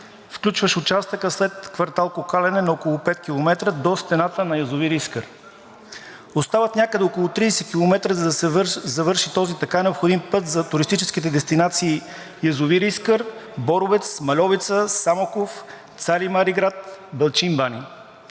включващи участъка след квартал Кокаляне на около 5 км до стената на язовир Искър. Остават някъде около 30 км, за да се завърши този така необходим път за туристическите дестинации язовир Искър, Боровец, Мальовица, Самоков, Цари Мали град, Белчин бани.